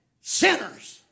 sinners